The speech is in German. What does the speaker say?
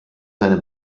seine